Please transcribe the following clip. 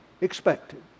expected